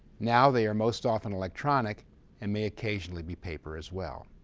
now they are most often electronic and may occasionally be paper as well.